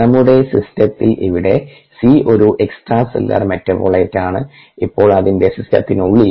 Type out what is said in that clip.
നമ്മുടെ സിസ്റ്റത്തിൽ ഇവിടെ C ഒരു എക്സ്ട്രാ സെല്ലുലാർ മെറ്റാബോലൈറ്റാണ് ഇപ്പോൾ അതിന്റെ സിസ്റ്റത്തിനുള്ളിൽ